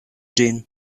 ĝin